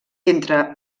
entre